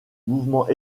mouvement